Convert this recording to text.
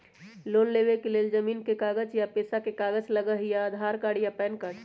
Loan लेवेके लेल जमीन के कागज या पेशा के कागज लगहई या आधार कार्ड या पेन कार्ड?